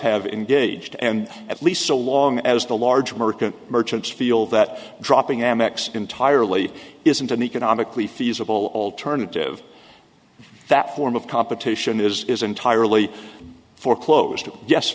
have engaged and at least so long as the large american merchants feel that dropping amex entirely isn't an economically feasible alternative that form of competition is entirely foreclosed yes